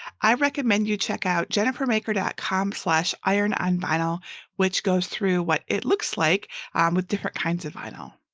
i recommend you check out jennifer maker dot com slash irononvinyl which goes through what it looks like with different kinds of vinyl.